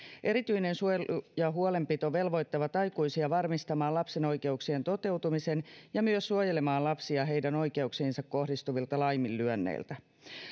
erityinen suojelu ja huolenpito velvoittavat aikuisia varmistamaan lapsen oikeuksien toteutumisen ja myös suojelemaan lapsia heidän oikeuksiinsa kohdistuvilta laiminlyönneiltä